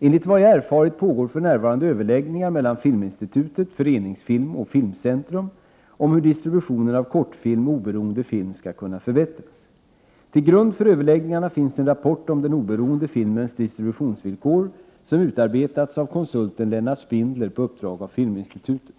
Enligt vad jag erfarit pågår för närvarande överläggningar mellan Filminstitutet, Föreningsfilmo och Filmcentrum om hur distributionen av kortfilm och oberoende film skall kunna förbättras. Till grund för överläggningarna finns en rapport om den oberoende filmens distributionsvillkor, som utarbetats av konsulten Lennart Spindler på uppdrag av Filminstitutet.